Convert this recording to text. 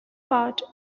part